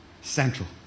central